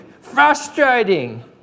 frustrating